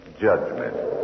Judgment